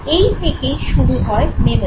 এই থেকেই শুরু হয় মেমোরি